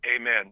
Amen